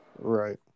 Right